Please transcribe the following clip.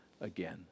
again